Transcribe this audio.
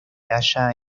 halla